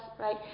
right